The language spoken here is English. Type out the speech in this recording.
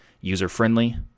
user-friendly